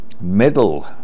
middle